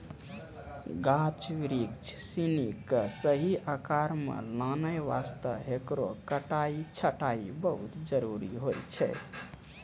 गाछ बिरिछ सिनि कॅ सही आकार मॅ लानै वास्तॅ हेकरो कटाई छंटाई बहुत जरूरी होय छै